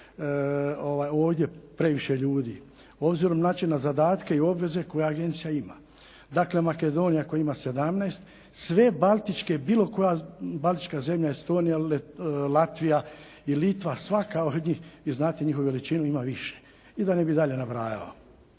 ovdje previše ljudi obzirom znači na zadatke i obveze koje agencija ima. Dakle, Makedonija koja ima 17, sve baltičke, bilo koja baltička zemlja: Estonija, Latvija i Litva, svaka od njih, vi znate njihovu veličinu, ima više. I da ne bih dalje nabrajao.